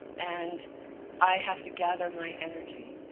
and i have to gather my energy.